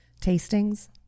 tastings